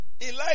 Elijah